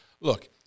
Look